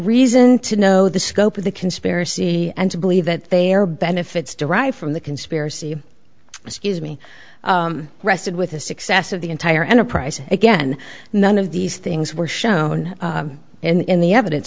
reason to know the scope of the conspiracy and to believe that their benefits derived from the conspiracy scuse me rested with the success of the entire enterprise again none of these things were shown in the evidence